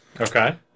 Okay